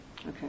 Okay